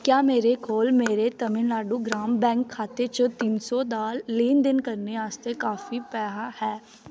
क्या मेरे कोल मेरे तमिलनाडु ग्राम बैंक खाते च तिन्न सौ दा लेन देन करने आस्तै काफी पैहा है